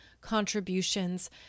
contributions